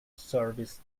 service